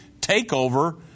takeover